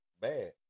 Bad